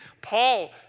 Paul